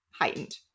heightened